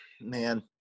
man